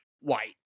white